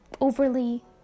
overly